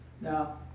Now